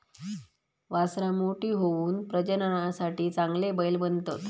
वासरां मोठी होऊन प्रजननासाठी चांगले बैल बनतत